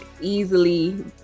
easily